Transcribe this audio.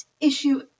issue